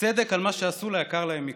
צדק על מה שעשו ליקר להם מכול,